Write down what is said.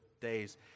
days